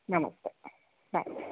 ನಮಸ್ತೆ ಬಾಯ್